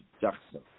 Jackson